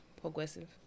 progressive